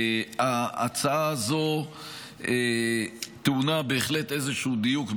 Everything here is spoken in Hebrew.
ההצעה הזו טעונה בהחלט איזשהו דיוק,